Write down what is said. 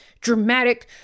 dramatic